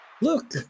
Look